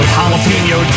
Jalapeno